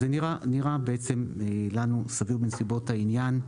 זה נראה לנו סביר בנסיבות העניין,